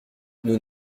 nous